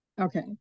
Okay